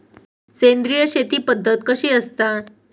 सेंद्रिय शेती पद्धत कशी असता?